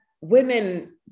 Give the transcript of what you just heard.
women